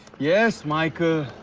yes michael?